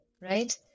right